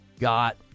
got